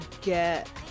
get